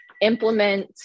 implement